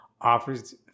offers